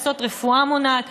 לעשות רפואה מונעת,